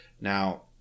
Now